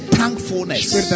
thankfulness